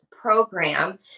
Program